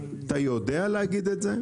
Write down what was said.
אתה יודע להגיד את זה?